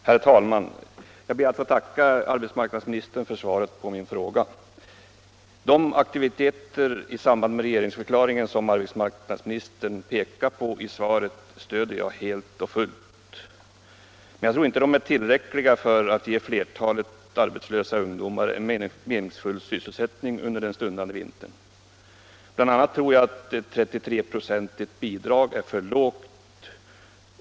Herr talman! Jag ber att få tacka arbetsmarknadsministern för svaret på min fråga. De aktiviteter som redovisades i anslutning till regeringsförklaringen och som arbetsmarknadsministern pekar på i svaret stöder jag helt och fullt. Men jag tror inte att de är tillräckliga för att ge flertalet arbetslösa ungdomar en meningsfull sysselsättning under den stundande vintern. Bl. a. tror jag att ett 33-procentigt bidrag är för lågt.